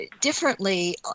differently